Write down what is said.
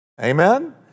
Amen